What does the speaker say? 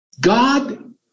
God